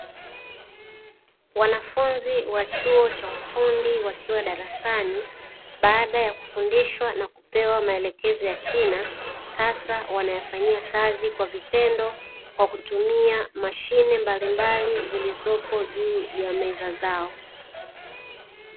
Wanafunzi wa chuo cha ufundi wakiwa darasani, baada ya kufundishwa na kupewa maelekezo ya kina, sasa wanayafanyia kazi kwa vitendo, kwa kutumia mashine mbalimbali zilizopo juu ya meza zao.